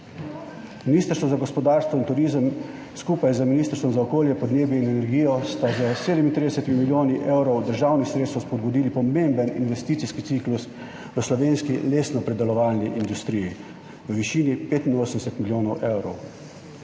Ministrstvo za gospodarstvo, turizem in šport je skupaj z Ministrstvom za okolje, podnebje in energijo s 37 milijoni evrov državnih sredstev spodbudilo pomemben investicijski ciklus v slovenski lesnopredelovalni industriji v višini 85 milijonov evrov.